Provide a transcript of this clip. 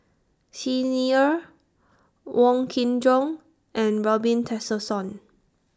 Xi Ni Er Wong Kin Jong and Robin Tessensohn